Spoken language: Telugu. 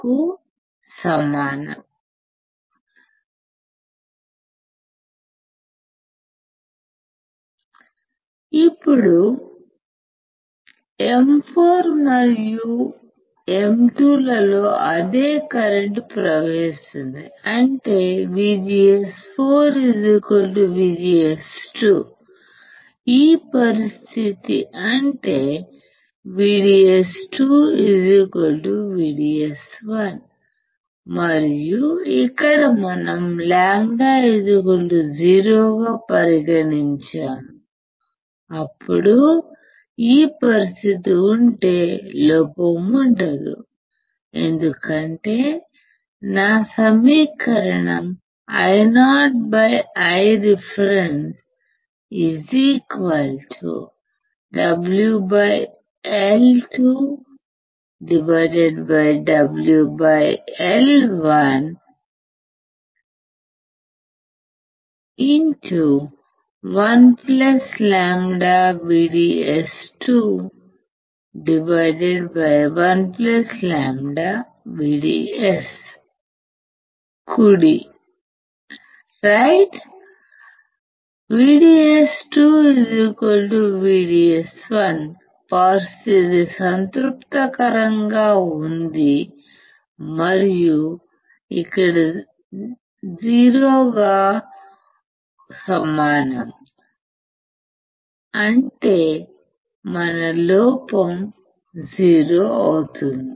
కు సమానం ఇప్పుడు M4 మరియు M2 లలో అదే కరెంటు ప్రవహిస్తుంది అంటే VGS4 VGS2 ఈ పరిస్థితి అంటే VDS2 VDS1 మరియు ఇక్కడ మనం λ 0 గా పరిగణించాము అప్పుడు ఈ పరిస్థితి ఉంటే లోపం ఉండదు ఎందుకంటే నా సమీకరణం Io Ireference WL2 W L1 1 λVDS2 1 λ VDS కుడి VDS 2 VDS పరిస్థితి సంతృప్తికరంగా ఉంది మరియుఇక్కడ 0 గా సమానం అంటే మన లోపం 0 అవుతుంది